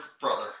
brother